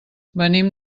venim